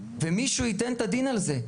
ומישהו ייתן את הדין על זה.